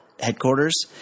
headquarters